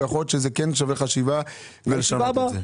ויכול להיות שזה כן שווה חשיבה ולשנות את זה,